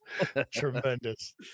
tremendous